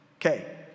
okay